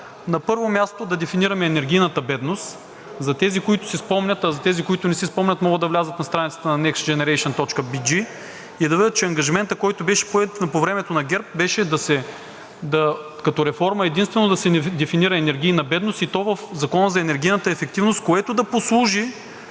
На първо място да дефинираме енергийната бедност – за тези, които си спомнят, а за тези, които не си спомнят, могат да влязат на страницата на nextgeneration.bg и да видят, че ангажиментът, който беше поет по времето на ГЕРБ като реформа беше единствено да се дефинира енергийна бедност, и то в Закона за енергийната ефективност, което да послужи